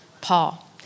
Paul